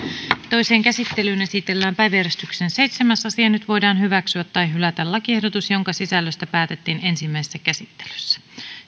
toiseen käsittelyyn esitellään päiväjärjestyksen seitsemäs asia nyt voidaan hyväksyä tai hylätä lakiehdotus jonka sisällöstä päätettiin ensimmäisessä käsittelyssä